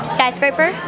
Skyscraper